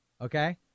okay